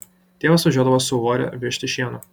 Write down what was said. tėvas važiuodavo su uore vežti šieno